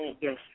yes